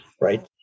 right